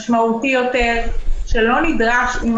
משמעותי יותר עם הציבור, שלא נדרש.